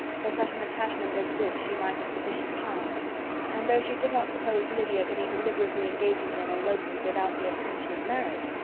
for such an attachment as this she might have sufficient charms and though she did not suppose lydia to be deliberately engaging in an elopement without the intention of marriage,